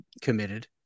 committed